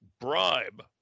bribe